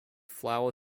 flour